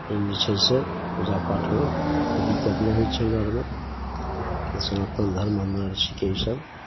एहिमे छै से पूजापाठमे कोइ दिक्कत नहि होइ छै हमरा आओरमे सनातन धर्म हमरा आओर छिकै ईसब